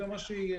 זה מה שיהיה.